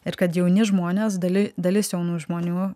ir kad jauni žmonės dali dalis jaunų žmonių